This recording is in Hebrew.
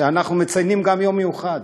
אנחנו מציינים גם יום מיוחד.